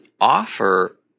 offer